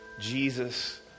Jesus